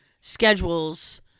schedules